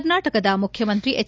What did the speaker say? ಕರ್ನಾಟಕದ ಮುಖ್ಯಮಂತ್ರಿ ಎಚ್